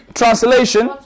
translation